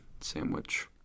sandwich